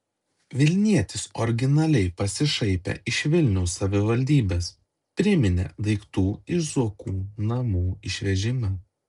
vilnietis originaliai pasišaipė iš vilniaus savivaldybės priminė daiktų iš zuokų namų išvežimą